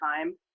time